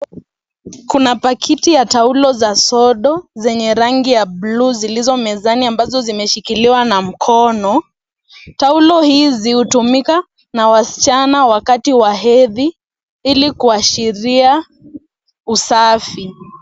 Kuna pakiti ya taulo za sodo zenye rangi ya buluu zilizo mezani ambazo zimeshikiliwa na mkono. Taulo hizi hutumika na wasichana wakati wa hedhi ili kuashiria usafi.